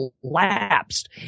collapsed